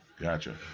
Gotcha